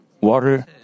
water